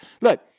Look